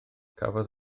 cafodd